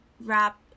wrap